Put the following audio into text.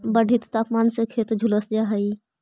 बढ़ित तापमान से खेत झुलस जा हई